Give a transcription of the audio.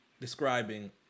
describing